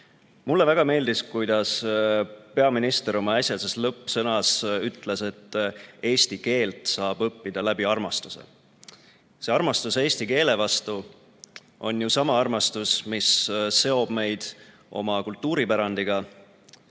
Mulle väga meeldis, et peaminister oma äsjases lõppsõnas ütles, et eesti keelt saab õppida läbi armastuse. Armastus eesti keele vastu on ju sama armastus, mis seob meid oma kultuuripärandiga,